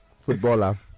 footballer